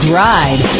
ride